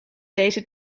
deze